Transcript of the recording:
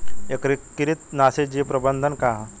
एकीकृत नाशी जीव प्रबंधन का ह?